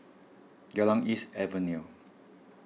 Geylang East Avenue